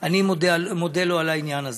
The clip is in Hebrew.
אני מודה לו על העניין הזה.